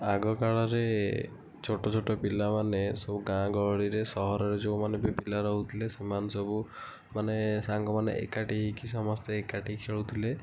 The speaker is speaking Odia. ଆଗ କାଳରେ ଛୋଟ ଛୋଟ ପିଲା ମାନେ ସବୁ ଗାଁ ଗହଳିରେ ସହରରେ ଯେଉଁମାନେ ବି ପିଲା ରହୁଥିଲେ ସେମାନେ ସବୁ ମାନେ ସାଙ୍ଗ ମାନେ ଏକାଠି ହୋଇକି ସମସ୍ତେ ଏକାଠି ଖେଳୁଥିଲେ